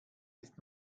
ist